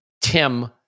Tim